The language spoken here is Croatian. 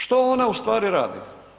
Što ona u stvari radi?